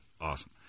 awesome